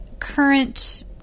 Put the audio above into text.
current